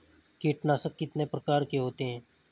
कीटनाशक कितने प्रकार के होते हैं?